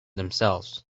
themselves